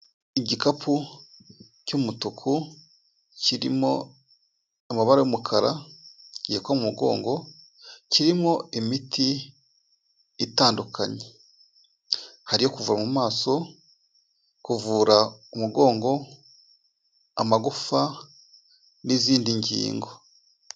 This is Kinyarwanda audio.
Igikapu cy'umutuku kirimo amabara y'umukara gihekwa mu mugongo kirimo imiti itandukanye, hari iyo kuvara mu maso, kuvura umugongo, amagufa n'izindi ngingo.